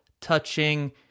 touching